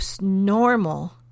normal